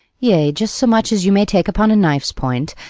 yea, just so much as you may take upon a knife's point,